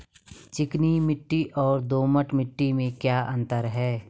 चिकनी मिट्टी और दोमट मिट्टी में क्या अंतर है?